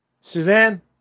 Suzanne